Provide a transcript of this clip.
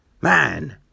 Man